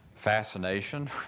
fascination